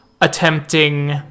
attempting